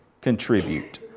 contribute